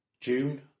June